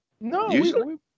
No